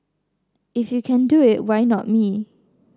if you can do it why not me